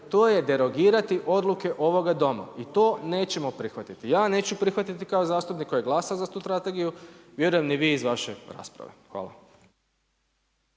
to je derogirati odluke ovoga Doma i to nećemo prihvatiti. Ja neću prihvatiti kao zastupnik koji je glasao za tu strategiju, vjerujem ni vi iz vaše rasprave. Hvala.